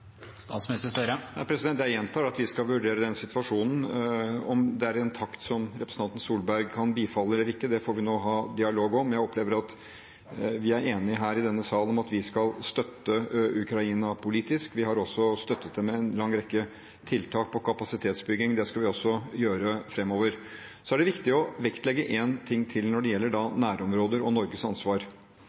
Jeg gjentar at vi skal vurdere situasjonen. Om det er i en takt som representanten Solberg kan bifalle, eller ikke, får vi ha dialog om. Jeg opplever at vi er enige her i denne sal om at vi skal støtte Ukraina politisk. Vi har også støttet dem med en lang rekke tiltak på kapasitetsbygging. Det skal vi også gjøre framover. Så er det viktig å vektlegge én ting til når det gjelder nærområder og Norges ansvar.